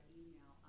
email